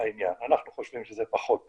אנחנו חושבים שזה פחות טוב.